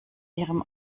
ihrem